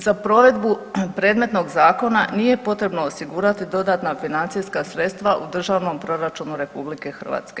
Za provedbu predmetnog zakona nije potrebno osigurati dodatna financijska sredstva u Državnom proračunu RH.